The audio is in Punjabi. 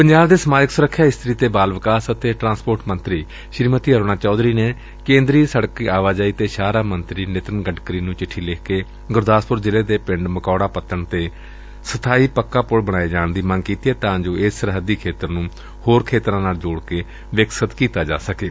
ਪੰਜਾਬ ਦੇ ਸਮਾਜਿਕ ਸੁਰੱਖਿਆ ਇਸਤਰੀ ਤੇ ਬਾਲ ਵਿਕਾਸ ਅਤੇ ਟਰਾਂਸਪੋਰਟ ਮੰਤਰੀ ਸ੍ਰੀਮਤੀ ਅਰੁਨਾ ਚੌਧਰੀ ਨੇ ਕੇਂਦਰੀ ਸੜਕੀ ਆਵਾਜਾਈ ਤੇ ਸ਼ਾਹਰਾਹ ਮੰਤਰੀ ਨਿਤਿਨ ਗਡਕਰੀ ਨੂੰ ਪੱਤਰ ਲਿਖ ਕੇ ਗੁਰਦਾਸਪੁਰ ਜ਼ਿਲੇ ਦੇ ਪਿੰਡ ਮਕੌੜਾ ਪੱਤਣ ਤੇ ਸਥਾਈ ਪੱਕਾ ਪੁੱਲ ਬਣਾਏ ਜਾਣ ਦੀ ਮੰਗ ਕੀਤੀ ਐ ਤਾਂ ਜੋ ਇਸ ਸਰਹੱਦੀ ਖੇਤਰ ਨੂੰ ਹੋਰਾਂ ਖੇਤਰਾਂ ਨਾਲ ਜੋੜ ਕੇ ਵਿਕਸਤ ਕਰਨ ਵਿੱਚ ਸਹਾਇਤਾ ਮਿਲ ਸਕੇ